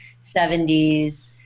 70s